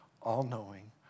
all-knowing